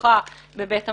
עורך בבית המשפט.